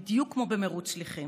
בדיוק כמו במרוץ שליחים.